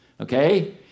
okay